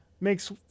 makes